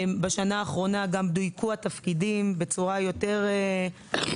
בשנה האחרונה נעשה דיוק של התפקידים גם בצורה יותר טובה.